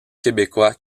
québécois